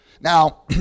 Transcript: Now